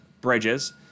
bridges